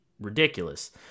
ridiculous